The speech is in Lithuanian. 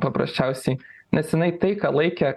paprasčiausiai nes jinai tai ką laikė